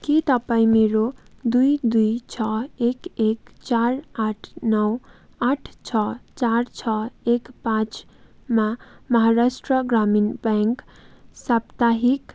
के तपाईँ मेरो दुई दुई छ एक एक चार आठ नौ आठ छ चार छ एक पाँचमा महाराष्ट्र ग्रामीण ब्याङ्क साप्ताहिक